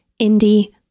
Indie